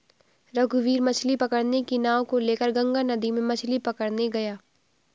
रघुवीर मछ्ली पकड़ने की नाव को लेकर गंगा नदी में मछ्ली पकड़ने गया